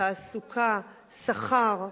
תעסוקה, שכר.